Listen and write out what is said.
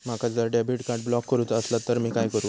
माका जर debit card block करूचा असला तर मी काय करू?